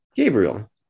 Gabriel